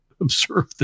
observe